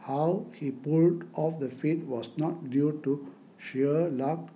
how he pulled off the feat was not due to sheer luck